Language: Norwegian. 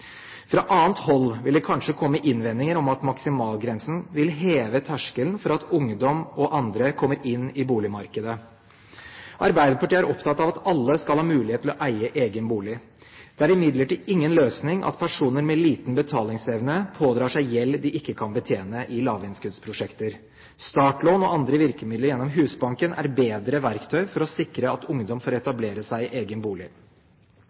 Fra annet hold vil det kanskje komme innvendinger om at maksimalgrensen vil heve terskelen for at ungdom og andre kommer inn på boligmarkedet. Arbeiderpartiet er opptatt av at alle skal ha mulighet til å eie egen bolig. Det er imidlertid ingen løsning at personer med liten betalingsevne pådrar seg gjeld i lavinnskuddsprosjekter som de ikke kan betjene. Startlån og andre virkemidler gjennom Husbanken er bedre verktøy for å sikre at ungdom får etablere seg i egen bolig.